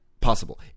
possible